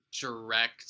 direct